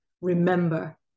remember